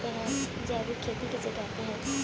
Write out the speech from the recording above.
जैविक खेती किसे कहते हैं?